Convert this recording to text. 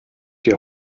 der